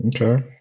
Okay